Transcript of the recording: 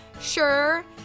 sure